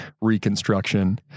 reconstruction